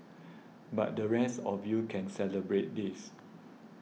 but the rest of you can celebrate this